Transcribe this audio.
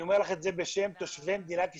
אני אומר לך את זה בשם תושבי מדינת ישראל,